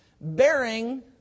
bearing